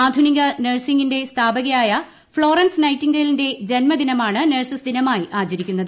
ആധുനിക നഴ്സിങിന്റെ സ്ഥാപകയായ ഫ്ളോറൻസ് നൈറ്റിൻഗേലിന്റെ ജൻമദിനമാണ് നഴ്സസ്ദിനമായി ആചരിക്കുന്നത്